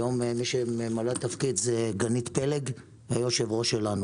היום בתפקיד נמצאת גנית פלג, יושבת ראש האגודה.